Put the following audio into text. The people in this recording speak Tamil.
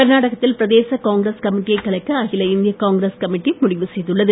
கர்நாடகத்தில் பிரதேச காங்கிரஸ் கமிட்டியை கலைக்க அகில இந்திய காங்கிரஸ் கமிட்டி முடிவு செய்துள்ளது